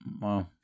Wow